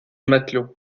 matelot